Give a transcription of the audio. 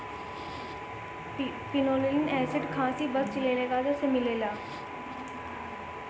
pinolenic acid खासी बस चिलगोजा से मिलेला